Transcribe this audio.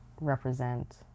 represent